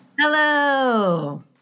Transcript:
Hello